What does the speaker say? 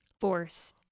force